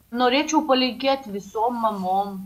norėčiau palinkėt visom mamom